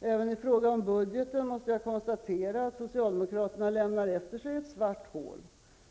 Även i fråga om budgeten måste jag konstatera att socialdemokraterna har lämnat efter sig ett svart hål.